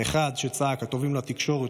האחד צעק: הטובים לתקשורת,